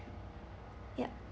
yup